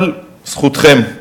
אבל זכותכם.